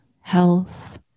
health